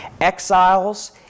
Exiles